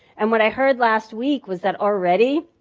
and what i heard last week, was that already,